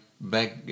back